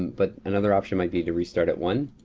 but another option might be to restart at one,